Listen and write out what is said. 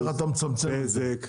איך אתה מצמצם את זה?